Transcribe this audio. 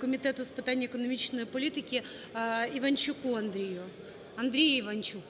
Комітету з питань економічної політики Іванчуку Андрію. Андрій Іванчук,